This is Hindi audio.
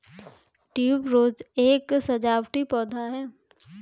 ट्यूबरोज एक सजावटी पौधा है